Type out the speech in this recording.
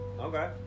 Okay